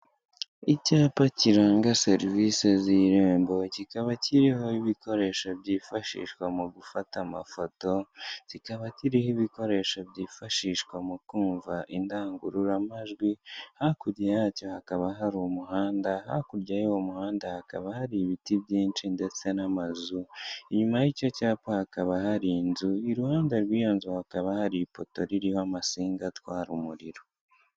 Icyapa kiranga serivisi z'Irembo, kikaba kiriho ibikoresho byifashishwa mu gufata amafoto, kikaba kiriho ibikoresho byifashishwa mu kumva indangururamajwi, hakurya yacyo hakaba hari umuhanda, hakurya y'uwo muhanda hakaba hari ibiti byinshi ndetse n'amazu, inyuma y'icyo cyapa hakaba hari inzu, iruhande rw'iyo nzu hakaba hari ipoto ririho amasinga atwara umuriro.